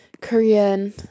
Korean